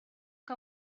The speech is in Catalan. que